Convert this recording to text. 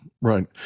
Right